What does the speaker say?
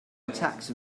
attacks